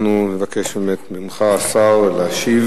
אנחנו נבקש ממך, השר, להשיב,